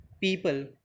people